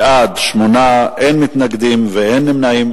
בעד, 8, אין מתנגדים ואין נמנעים.